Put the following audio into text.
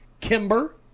Kimber